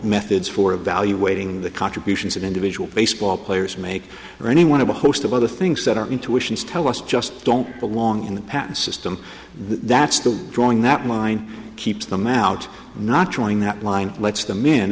methods for evaluating the contributions of individual baseball players make or any one of a host of other things that our intuitions tell us just don't belong in the patent system that's the drawing that line keeps them out not drawing that line lets them in